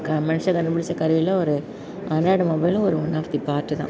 க மனுஷன் கண்டுபிடிச்ச கருவியில் ஒரு ஆண்ட்ராய்ட் மொபைலும் ஒரு ஒன் ஆஃப் தி பார்ட்டுதான்